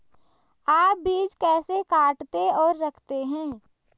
आप बीज कैसे काटते और रखते हैं?